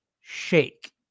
shake